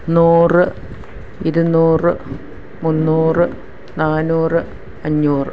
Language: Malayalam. നൂറ് ഇരുനൂറ് മുന്നൂറ് നാനൂറ് അഞ്ഞൂറ്